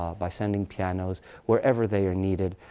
by sending pianos wherever they are needed.